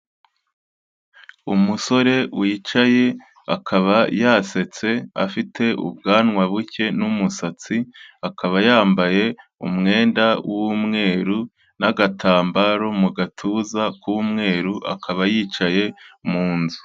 Umusore wicaye akaba yasetse, afite ubwanwa buke n'umusatsi, akaba yambaye umwenda w'umweru n'agatambaro mu gatuza k'umweru, akaba yicaye mu nzu.